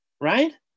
right